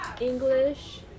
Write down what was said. English